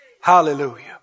Hallelujah